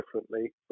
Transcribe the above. differently